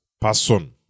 person